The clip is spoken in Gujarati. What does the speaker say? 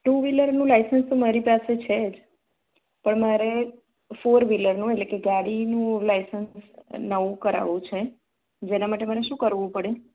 ટુ વિલરનું લાઇસન્સ તો મારી પાસે છે જ પણ મારે ફોર વિલરનું એટલે કે ગાડીનું લાઇસન્સ નવું કરાવવું છે જેના માટે મને શું કરવું પડે